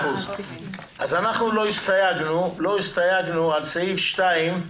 היו הסתייגויות על סעיף 2,